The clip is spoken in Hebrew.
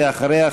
ואחריה,